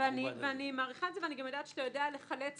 אני מעריכה את זה ויודעת שאתה יודע לחלץ